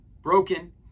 broken